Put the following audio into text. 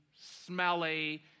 smelly